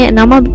nama